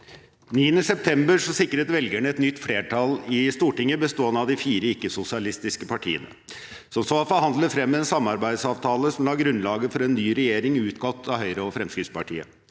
9. septem- ber sikret velgerne et nytt flertall i Stortinget bestående av de fire ikke-sosialistiske partiene, som så har forhandlet frem en samarbeidsavtale som la grunnlaget for en ny regjering utgått av Høyre og Fremskrittspartiet.